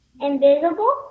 Invisible